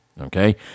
okay